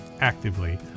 actively